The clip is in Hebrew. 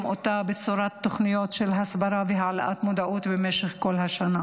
אותה בצורת תוכניות של הסברה והעלאת מודעות במשך כל השנה.